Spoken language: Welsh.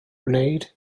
gwneud